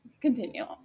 Continue